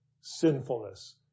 sinfulness